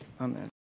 Amen